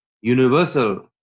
universal